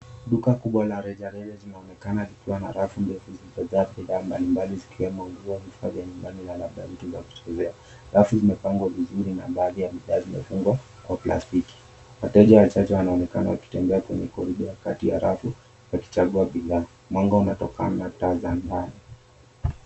Duka kubwa la rejareja zimeonekana vikiwa na rafu ndefu vya kuwekea bidhaa mbalimbali zikiwemo nguo vifaa vya nyumbani na labda vitu vya kuchezea. Rafu imepangwa vizuri na baadhi ya bidhaa zimefungwa kwa plastiki. Wateja wachache wanaonekana wakitembea kwenye korido ya kati ya rafu wakichagua bidhaa. Mwanga unatokana na taa za ndani.